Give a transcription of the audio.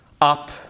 up